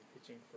pitching